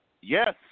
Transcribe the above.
Yes